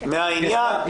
מהעניין?